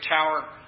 tower